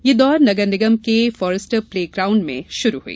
यह दौर नगर निगम के फारेस्टर प्ले ग्रांउड में शुरू हई